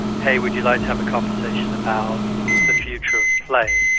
hey, would you like to have a conversation about the future of play,